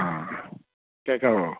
ആ കേൾക്കാമോ